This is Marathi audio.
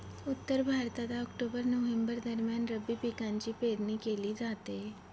उत्तर भारतात ऑक्टोबर नोव्हेंबर दरम्यान रब्बी पिकांची पेरणी केली जाते